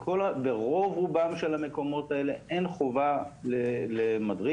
ברוב רובם של המקומות האלה אין חובה למדריך,